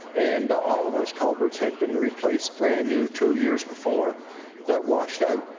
and all of those culverts had been replaced brand new two years before that watched out.